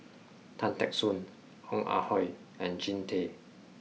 Tan Teck Soon Ong Ah Hoi and Jean Tay